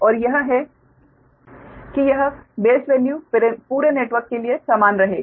और यह है कि यह बेस वैल्यू पूरे नेटवर्क के लिए समान रहेगा